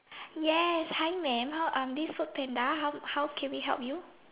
yes hi mam how are this FoodPanda how how can we help you